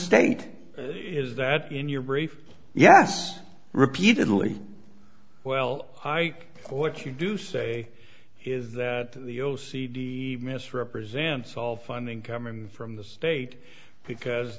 state is that in your brief yes repeatedly well i what you do say is that the o c d misrepresents all funding coming from the state because